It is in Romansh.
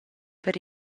per